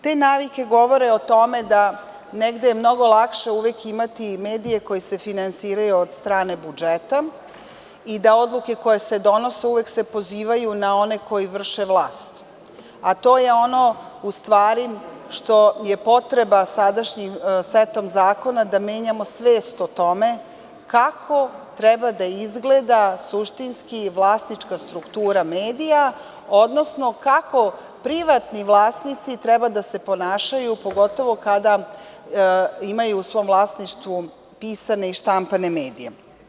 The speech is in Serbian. Te navike govore o tome da je negde mnogo lakše uvek imati medije koji se finansiraju od strane budžeta i da odluke koje se donose se uvek pozivaju na one koji vrše vlast, a to je ono što je u stvari potreba sadašnjim setom zakona, da menjamo svest o tome kako treba da izgleda suštinski vlasnička struktura medija, odnosno kako privatni vlasnici treba da se ponašaju, pogotovo kada imaju u svom vlasništvu pisane i štampane medije.